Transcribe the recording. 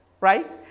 right